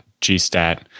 gstat